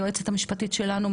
היועצת המשפטית שלנו,